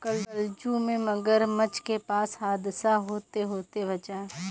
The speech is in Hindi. कल जू में मगरमच्छ के पास हादसा होते होते बचा